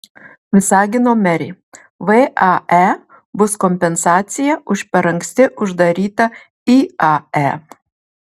visagino merė vae bus kompensacija už per anksti uždarytą iae